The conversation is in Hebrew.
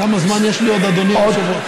כמה זמן יש לי עוד, אדוני?